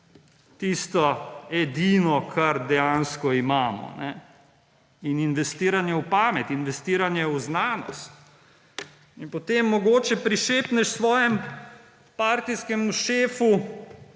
tisto edino, kar dejansko imamo, in investiranje v pamet, investiranje v znanost. In potem mogoče prišepneš svojemu partijskemu šefu,